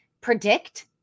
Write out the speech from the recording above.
predict